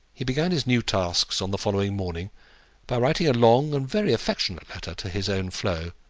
he began his new tasks on the following morning by writing a long and very affectionate letter to his own flo,